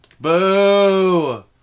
Boo